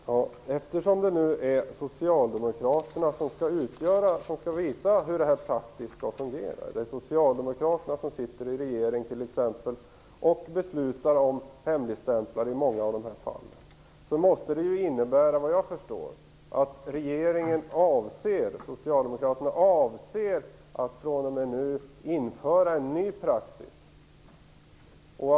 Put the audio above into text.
Herr talman! Eftersom det nu är socialdemokraterna som skall visa hur detta faktiskt skall fungera - det är t.ex. socialdemokraterna som i regeringen beslutar om hemligstämpling i många av dessa fall - avser socialdemokraterna såvitt jag förstår oavsett lagändringen att fr.o.m. nu införa en ny praxis.